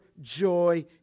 joy